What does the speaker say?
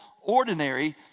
ordinary